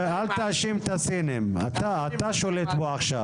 אל תאשים את הסינים, אתה שולט בו עכשיו.